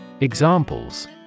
Examples